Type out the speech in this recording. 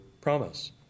promise